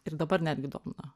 ir dabar netgi domina